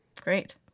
Great